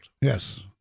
Yes